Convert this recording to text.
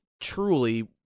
truly